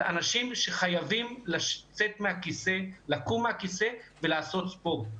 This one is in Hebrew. אנשים שחייבים לקום מהכיסא ולעשות ספורט.